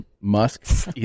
musk